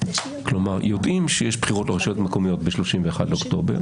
כלומר יודעים שיש בחירות לרשויות המקומיות ב-31 באוקטובר.